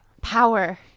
Power